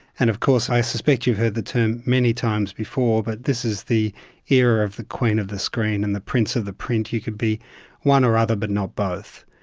and of course i suspect you've heard the term many times before, but this is the era of the queen of the screen and the prince of the print. you could be one or other but not both.